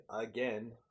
again